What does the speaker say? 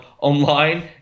online